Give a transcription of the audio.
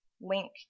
link